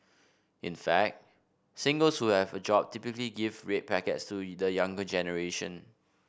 in fact singles who have a job typically give red packets to the younger generation